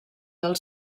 del